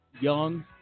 young